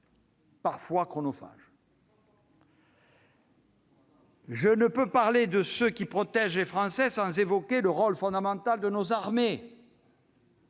qu'on le dit ... Je ne puis parler de ceux qui protègent les Français sans évoquer le rôle fondamental de nos armées.